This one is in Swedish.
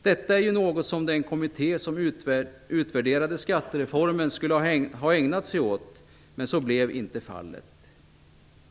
Detta är ju något som den kommitté som utvärderade skattereformen skulle ha ägnat sig åt, men så blev inte fallet.